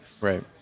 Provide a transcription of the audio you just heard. Right